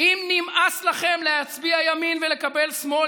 אם נמאס לכם להצביע ימין ולקבל שמאל,